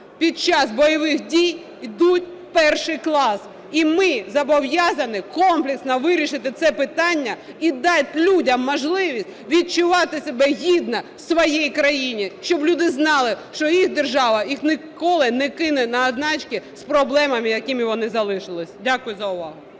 під час бойових дій, йдуть в перший клас. І ми зобов'язані комплексно вирішити це питання і дати людям можливість відчувати себе гідно в своїй країні, щоб люди знали, що держава їх ніколи не кине на одинці з проблемами, з якими вони залишились. Дякую за увагу.